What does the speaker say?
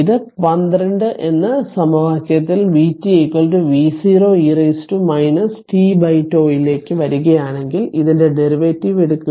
ഇത് 12 എന്ന സമവാക്യത്തിൽ vt v0 e tτ ലേക്ക് വരികയാണെങ്കിൽ ഇതിന്റെ ഡെറിവേറ്റീവ് എടുക്കുക